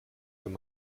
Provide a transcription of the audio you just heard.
wenn